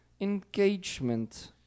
engagement